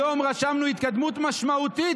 היום רשמנו התקדמות משמעותית,